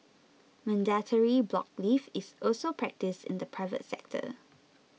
mandatory block leave is also practised in the private sector